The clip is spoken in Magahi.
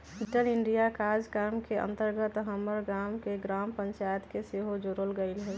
डिजिटल इंडिया काजक्रम के अंतर्गत हमर गाम के ग्राम पञ्चाइत के सेहो जोड़ल गेल हइ